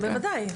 בוודאי,